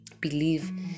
believe